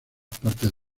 partes